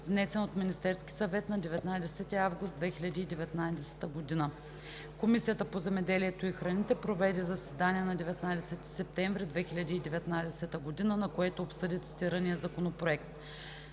внесен от Министерския съвет на 19 август 2019 г. Комисията по земеделието и храните проведе заседание на 19 септември 2019 г., на което обсъди цитирания законопроект.